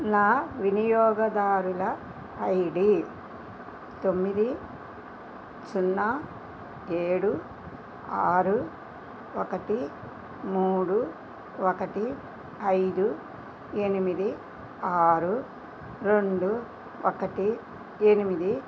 నా వినియోగదారుల ఐడి తొమ్మిది సున్నా ఏడు ఆరు ఒకటి మూడు ఒకటి ఐదు ఎనిమిది ఆరు రెండు ఒకటి ఎనిమిది